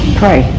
pray